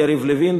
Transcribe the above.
יריב לוין,